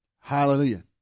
Hallelujah